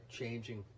changing